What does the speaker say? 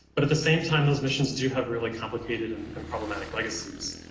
but at the same time, those missions do have really complicated and and problematic legacies.